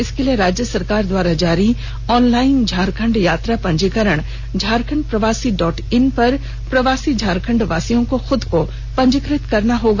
इसके लिए राज्य सरकार द्वारा जारी ऑनलाइन झारखण्ड यात्रा पंजीकरण झारखण्ड प्रवासी डॉट इन पर प्रवासी झारखण्ड वासियों को खुद को पंजीकृत करना होगा